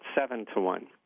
seven-to-one